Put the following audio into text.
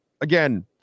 Again